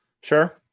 Sure